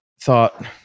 thought